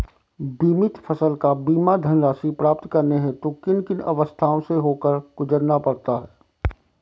बीमित फसल का बीमा धनराशि प्राप्त करने हेतु किन किन अवस्थाओं से होकर गुजरना पड़ता है?